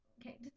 Okay